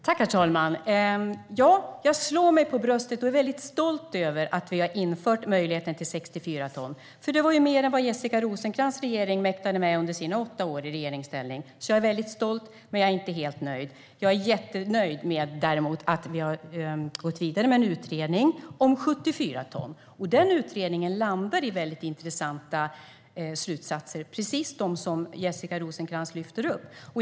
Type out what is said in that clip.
Herr talman! Ja, jag slår mig för bröstet och är väldigt stolt över att vi har infört möjligheten till 64 ton. Det är ju mer än vad Jessica Rosencrantz regering mäktade med under sina åtta år i regeringsställning, så jag är väldigt stolt även om jag inte är helt nöjd. Jag är däremot jättenöjd med att vi har gått vidare med en utredning om 74 ton. Den utredningen landar i väldigt intressanta slutsatser, precis dem som Jessica Rosencrantz lyfter upp.